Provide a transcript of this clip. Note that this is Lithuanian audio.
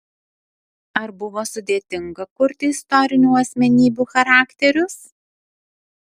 ar buvo sudėtinga kurti istorinių asmenybių charakterius